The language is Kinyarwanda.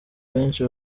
abenshi